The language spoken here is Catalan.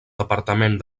departament